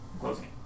closing